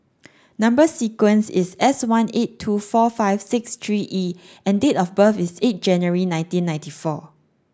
number sequence is S one eight two four five six three E and date of birth is eight January nineteen ninety four